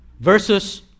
versus